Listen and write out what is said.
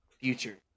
future